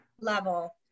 level